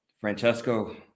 francesco